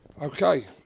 Okay